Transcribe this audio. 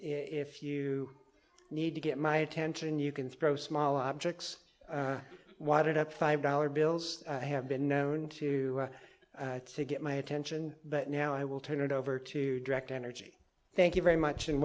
if you need to get my attention you can throw small objects wide it up five dollar bills have been known to get my attention but now i will turn it over to direct energy thank you very much and